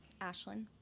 Ashlyn